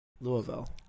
Louisville